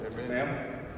Amen